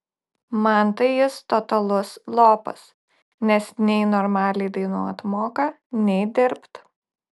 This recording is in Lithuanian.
man tai jis totalus lopas nes nei normaliai dainuot moka nei dirbt